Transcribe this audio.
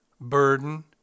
burden